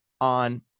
on –